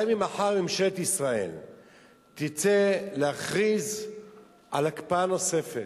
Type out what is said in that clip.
גם אם מחר ממשלת ישראל תרצה להכריז על הקפאה נוספת,